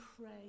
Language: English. pray